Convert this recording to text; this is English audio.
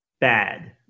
bad